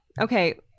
okay